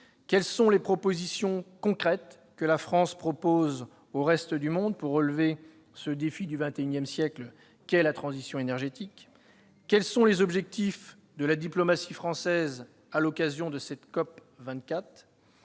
Quelles sont les propositions concrètes que la France fera au reste du monde pour relever ce défi du XXI siècle qu'est la transition énergétique ? Quels sont les objectifs de la diplomatie française à l'occasion de cette COP24 ?